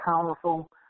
powerful